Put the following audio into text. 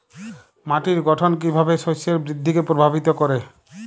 মাটির গঠন কীভাবে শস্যের বৃদ্ধিকে প্রভাবিত করে?